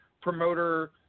promoter